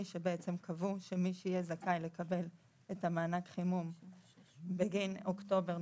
שבעצם קבעו שמי שיהיה זכאי לקבל את המענק חימום בגין אוקטובר,